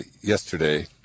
yesterday